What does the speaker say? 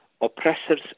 oppressors